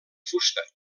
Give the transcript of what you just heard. fusta